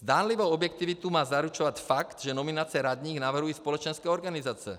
Zdánlivou objektivitu má zaručovat fakt, že nominace radních navrhují společenské organizace.